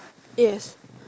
yes